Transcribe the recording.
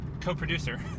Co-producer